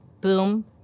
boom